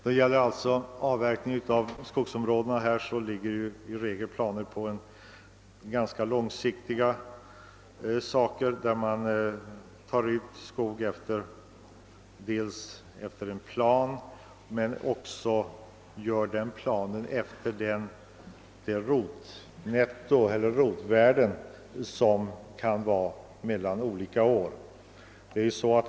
Det är fråga om ganska långsiktig planering, där man dels tar ut skog efter en viss plan, dels gör upp planen efter ett rotvärde som kan variera mellan olika år.